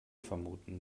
vermuten